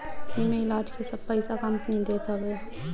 एमे इलाज के सब पईसा कंपनी देत हवे